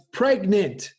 pregnant